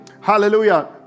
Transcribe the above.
hallelujah